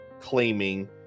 claiming